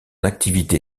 activité